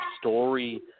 story